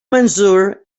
mansur